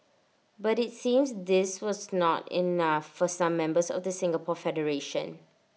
but IT seems this was not enough for some members of the Singapore federation